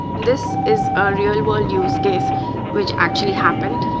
this is earlier, ah a use case which actually happened,